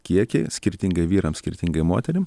kiekiai skirtingai vyram skirtingai moterim